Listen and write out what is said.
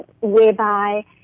whereby